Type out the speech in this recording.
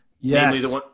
yes